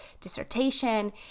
dissertation